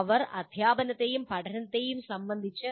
അവർ അദ്ധ്യാപനത്തെയും പഠനത്തെയും സംബന്ധിച്ച്